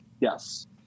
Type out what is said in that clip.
Yes